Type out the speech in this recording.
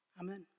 Amen